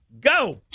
go